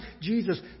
Jesus